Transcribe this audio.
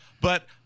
but-